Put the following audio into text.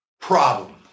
problem